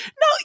no